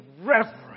reverence